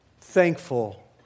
thankful